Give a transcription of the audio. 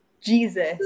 Jesus